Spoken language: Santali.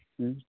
ᱦᱮᱸ